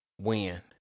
Win